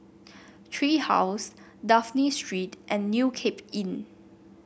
Tree House Dafne Street and New Cape Inn